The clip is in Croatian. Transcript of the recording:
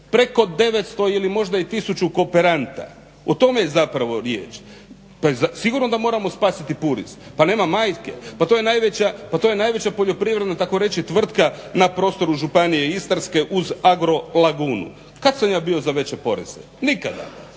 Preko 900 a možda i 1000 kooperanta. O tome je zapravo riječ. Pa je sigurno da moramo spasiti Puris. Pa nema majke, pa to je najveća poljoprivredna takoreći tvrtka na prostoru županije Istarske uz Agrolaguna. Kad sam ja bio za veće poreze? Nikada.